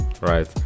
right